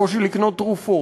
הקושי לקנות תרופות,